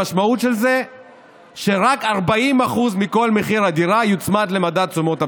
המשמעות של זה שרק 40% מכל מחיר הדירה יוצמד למדד תשומות הבנייה.